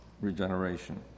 regeneration